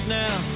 now